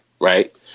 right